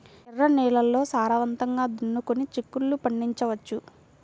ఎర్ర నేలల్లో సారవంతంగా దున్నుకొని చిక్కుళ్ళు పండించవచ్చు